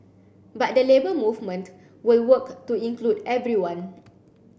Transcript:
but the Labour Movement will work to include everyone